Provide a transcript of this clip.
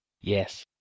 Yes